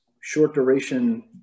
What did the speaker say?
short-duration